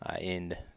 end